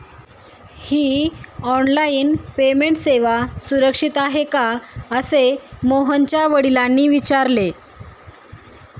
ही online payment सेवा सुरक्षित आहे का असे मोहनच्या वडिलांनी विचारले